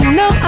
no